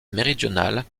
méridional